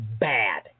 bad